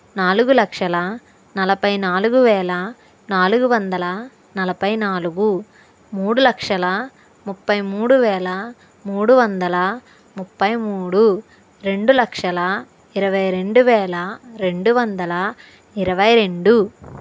నాలుగు లక్షల నలపై నాలుగు వేల నాలుగు వందల నలపై నాలుగు మూడు లక్షల ముప్పై మూడు వేల మూడు వందల ముప్పై మూడు రెండు లక్షల ఇరవై రెండు వేల రెండు వందల ఇరవై రెండు